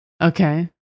Okay